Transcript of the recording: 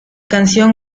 canción